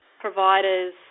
providers